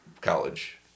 college